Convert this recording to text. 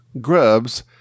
grubs